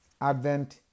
Advent